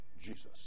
Jesus